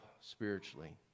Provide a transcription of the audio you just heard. spiritually